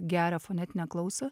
gerą fonetinę klausą